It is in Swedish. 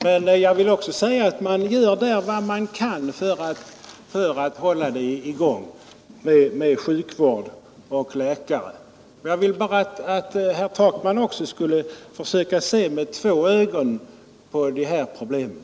Men jag vill också säga att myndigheterna där gör vad man kan för att hålla sjukvården i funktion och för att det skall finnas tillgång till läkare. Jag vill bara att herr Takman också skall försöka se med två ögon på de här problemen.